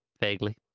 vaguely